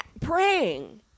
praying